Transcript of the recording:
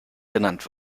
genannt